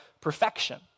perfection